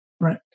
right